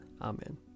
Amen